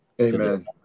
Amen